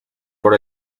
por